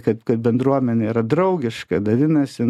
kad ta bendruomenė yra draugiška dalinasi